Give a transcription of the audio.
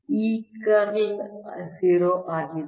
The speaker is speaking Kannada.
E ಕರ್ಲ್ 0 ಆಗಿದೆ